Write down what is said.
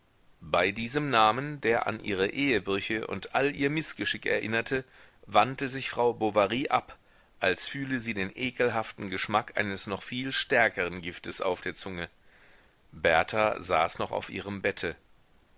bei diesem namen der an ihre ehebrüche und all ihr mißgeschick erinnerte wandte sich frau bovary ab als fühle sie den ekelhaften geschmack eines noch viel stärkeren giftes auf der zunge berta saß noch auf ihrem bette